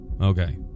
Okay